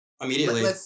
immediately